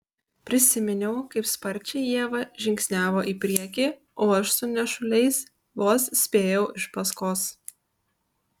prisiminiau kaip sparčiai ieva žingsniavo į priekį o aš su nešuliais vos spėjau iš paskos